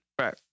Right